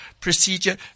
procedure